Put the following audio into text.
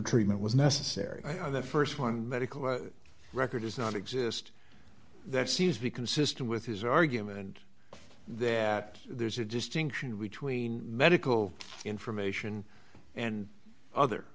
treatment was necessary the st one medical record does not exist that seems to be consistent with his argument that there's a distinction between medical information and